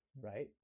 right